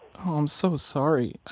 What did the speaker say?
um so sorry.